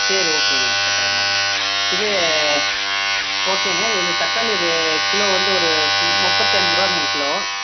சரி ஓகேங்க கட்டாயமாகங்க இது ஓகேங்க இது தக்காளி இது கிலோ வந்து ஒரு முப்பத்தஞ்சிருபாங்க கிலோ